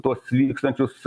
tuos vykstančius